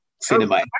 cinema